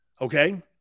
Okay